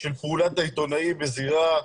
של פעולת העיתונאי בזירה,